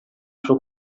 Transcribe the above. suo